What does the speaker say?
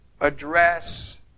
address